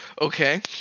Okay